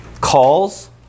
calls